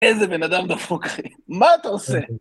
איזה בן אדם דפוק, מה אתה עושה?